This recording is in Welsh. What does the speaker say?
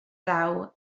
ddaw